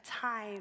time